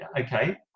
okay